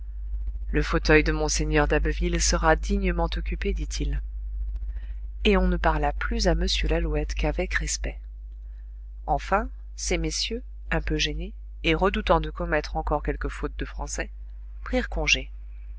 le fauteuil de mgr d'abbeville sera dignement occupé dit-il et on ne parla plus à m lalouette qu'avec respect enfin ces messieurs un peu gênés et redoutant de commettre encore quelque faute de français prirent congé